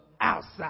outside